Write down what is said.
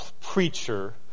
preacher